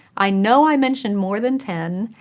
i know i mentioned more than ten,